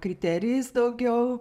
kriterijais daugiau